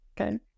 okay